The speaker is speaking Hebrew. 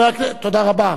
תודה רבה.